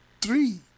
three